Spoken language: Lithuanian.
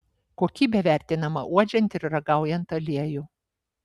kokybė vertinama uodžiant ir ragaujant aliejų